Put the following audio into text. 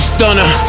Stunner